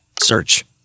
search